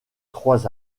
trois